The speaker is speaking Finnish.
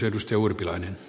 arvoisa puhemies